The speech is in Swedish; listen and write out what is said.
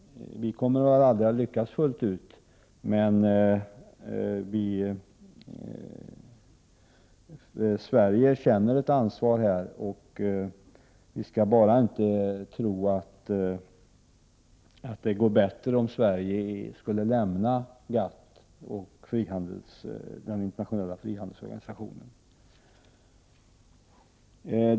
Vi kommer aldrig att lyckas helt och fullt, men Sverige känner ett ansvar här. Och vi skall bara inte tro att det går bättre om Sverige lämnar GATT, den internationella frihandelsorganisationen.